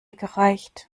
gereicht